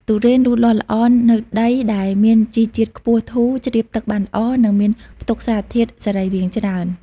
ទុរេនលូតលាស់ល្អនៅដីដែលមានជីជាតិខ្ពស់ ធូរ ជ្រាបទឹកបានល្អ និងមានផ្ទុកសារធាតុសរីរាង្គច្រើន។